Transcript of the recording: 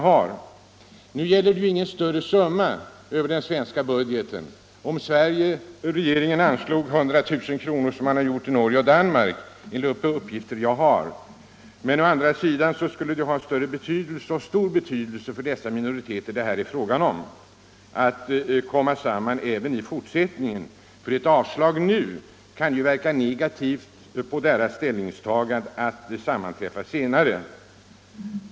Det gäller inte någon större summa i den svenska budgeten, om regeringen anslog 100 000 kr. som man gjort i Norge och Danmark enligt de uppgifter jag har. Men å andra sidan skulle det ha stor betydelse för de minoriteter det är fråga om att komma samman även i fortsättningen. Ett avslag nu kan verka negativt på deras ställningstagande till att sammanträffa senare.